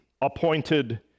appointed